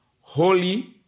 holy